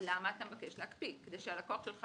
למה אתה מבקש להקפיא כדי שהלקוח שלך